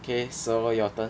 okay so your turn